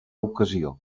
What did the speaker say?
ocasió